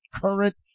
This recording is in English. current